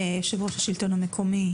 יושב-ראש השלטון המקומי,